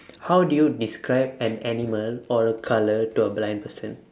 how do you describe an animal or a colour to a blind person